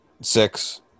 six